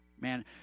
man